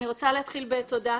אני רוצה להתחיל בתודה.